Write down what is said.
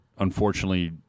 Unfortunately